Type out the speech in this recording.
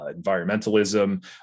environmentalism